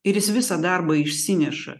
ir jis visą darbą išsineša